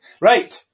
Right